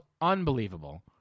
unbelievable